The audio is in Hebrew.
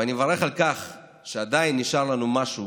ואני מברך על כך שעדיין נשאר לנו משהו